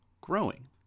growing